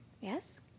Yes